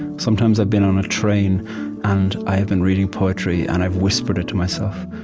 sometimes i've been on a train and i've been reading poetry and i've whispered it to myself.